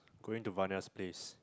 going to Varnia's place